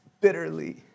bitterly